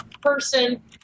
person